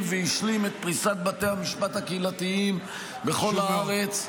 והשלים את פריסת בתי המשפט הקהילתיים בכל הארץ.